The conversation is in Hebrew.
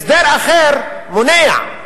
הסדר אחר מונע,